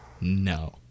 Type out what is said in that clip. no